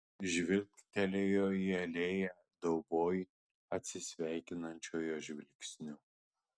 žvilgtelėjo į alėją dauboj atsisveikinančiojo žvilgsniu